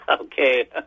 Okay